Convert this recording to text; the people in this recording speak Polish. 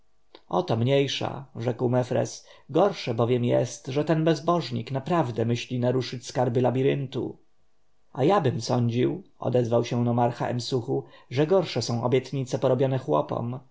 o to mniejsza rzekł mefres gorsze bowiem jest że ten bezbożnik naprawdę myśli naruszyć skarby labiryntu a jabym sądził odezwał się nomarcha emsuchu że gorsze są obietnice porobione chłopom